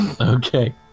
Okay